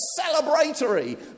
celebratory